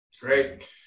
Great